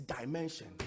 dimension